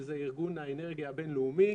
שזה ארגון האנרגיה הבינלאומי,